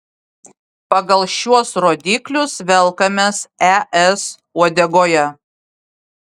pagal šiuos rodiklius velkamės es uodegoje